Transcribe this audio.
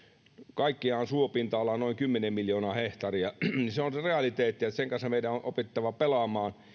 kaikkiaan suopinta alaa noin kymmenen miljoonaa hehtaaria niin se on se realiteetti ja sen kanssa meidän on opittava pelaamaan